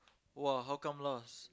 !wah! how come lost